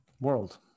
world